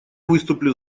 выступлю